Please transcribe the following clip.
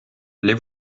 les